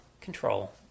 control